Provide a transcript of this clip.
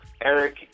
Eric